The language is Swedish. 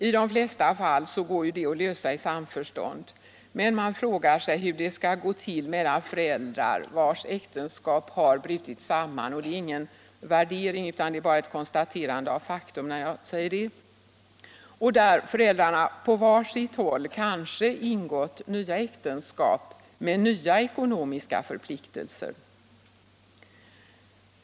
I de flesta fall kan ju problemen lösas i samförstånd. Men man frågar sig hur det skall gå till mellan föräldrar, vilkas äktenskap brutit samman — det är ingen värdering utan bara ett konstaterande av faktum, när jag säger det — och där parterna på var sitt håll kanske har ingått nya äktenskap med nya ekonomiska förpliktelser.